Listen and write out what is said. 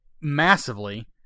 massively